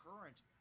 current